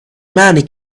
money